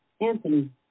Anthony